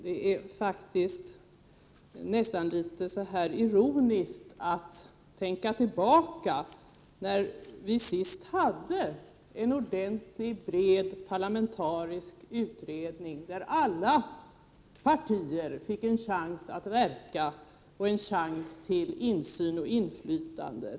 Det är faktiskt nästan litet ironiskt att tänka tillbaka på när vi senast hade en ordentlig, bred parlamentarisk utredning, där alla partier fick en chans att verka och chans till insyn och inflytande.